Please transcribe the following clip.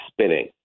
spinning